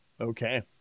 Okay